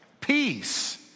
peace